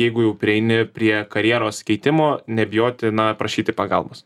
jeigu jau prieini prie karjeros keitimo nebijoti na prašyti pagalbos